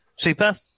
Super